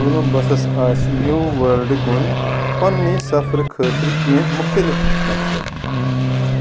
کولمبسس آسہِ new world کُن پننہِ سفرٕ خاطرٕ کینہہ مختلف مقصد